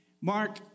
Mark